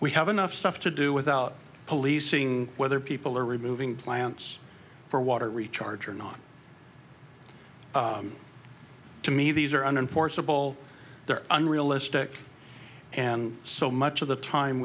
we have enough stuff to do without policing whether people are removing plants for water recharge or not to me these are unforeseeable unrealistic so much of the time